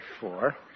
four